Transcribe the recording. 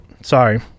Sorry